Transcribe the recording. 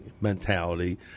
mentality